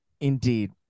indeed